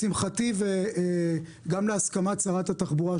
לשמחתי וגם בהסכמת שרת התחבורה,